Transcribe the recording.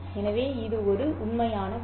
எனவே இது ஒரு உண்மையான வழி